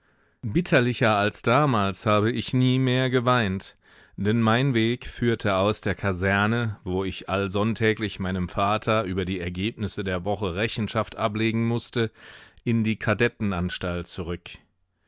bitterlicher als damals habe ich nie mehr geweint denn mein weg führte aus der kaserne wo ich allsonntäglich meinem vater über die ergebnisse der woche rechenschaft ablegen mußte in die kadettenanstalt zurück